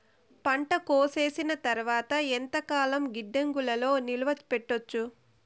పంట కోసేసిన తర్వాత ఎంతకాలం గిడ్డంగులలో నిలువ పెట్టొచ్చు?